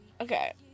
okay